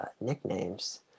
nicknames